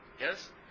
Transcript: Yes